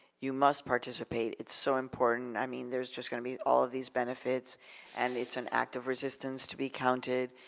you must participate, it's so important, i mean, there's just gonna be all of these benefits and it's an act of resistance to be counted,